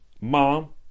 Mom